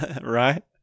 Right